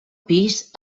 pis